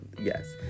yes